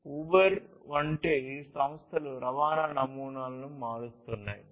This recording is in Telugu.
ఉబెర్ వంటి సంస్థలు రవాణా నమూనాలను మారుస్తున్నాయి